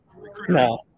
no